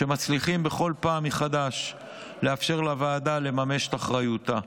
שמצליחים בכל פעם מחדש לאפשר לוועדה לממש את אחריותה.